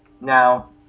now